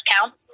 count